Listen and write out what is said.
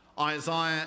Isaiah